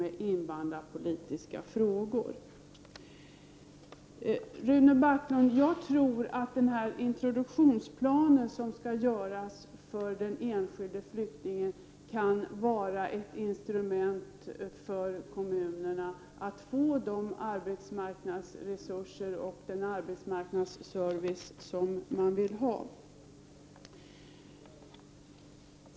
Jag tror, Rune Backlund, att den introduktionsplan som skall göras för den enskilde flyktingen kan vara ett instrument för kommunerna att få de arbetsmarknadsresurser och den arbetsmarknadsservice som de vill ha.